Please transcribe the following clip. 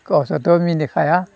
गावसोरथ' मिनिखाया